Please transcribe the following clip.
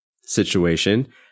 situation